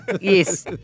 yes